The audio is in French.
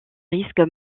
risque